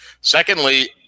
Secondly